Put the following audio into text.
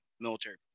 military